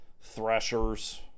threshers